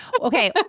Okay